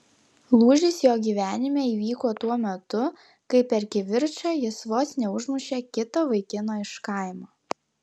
lūžis jo gyvenime įvyko tuo metu kai per kivirčą jis vos neužmušė kito vaikino iš kaimo